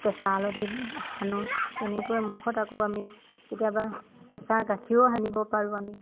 কেঁচা আলধি সানো তেনেকৈ মুখত আকৌ আমি কেতিয়াবা কেঁচা গাখীৰো সানিব পাৰোঁ আমি